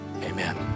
Amen